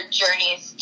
journeys